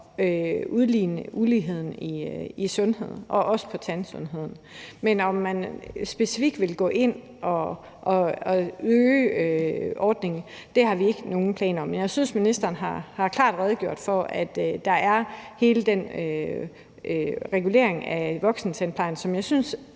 udligne uligheden i sundheden og også i tandsundheden, men at vi specifikt vil gå ind at øge ordningen, har vi ikke nogen planer om. Men jeg synes, at ministeren har redegjort klart for, at der er hele den regulering af voksentandplejen, som jeg synes